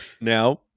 Now